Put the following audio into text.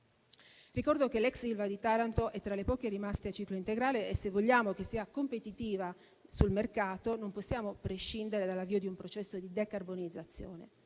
Ricordo che l'ex Ilva di Taranto è tra le poche rimaste a ciclo integrale e, se vogliamo che sia competitiva sul mercato, non possiamo prescindere dall'avvio di un processo di decarbonizzazione.